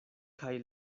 kaj